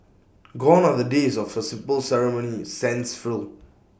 gone are the days of A simple ceremony sans frills